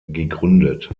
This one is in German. gegründet